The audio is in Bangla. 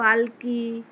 পালকি